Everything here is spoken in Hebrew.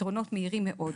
פתרונות מהירים מאוד.